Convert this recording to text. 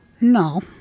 No